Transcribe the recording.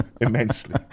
immensely